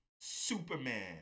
Superman